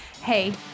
Hey